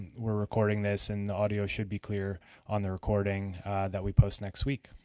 we're recording this and the audio should be clear on the recording that we post next week.